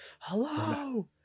hello